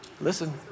listen